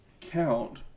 count